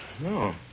No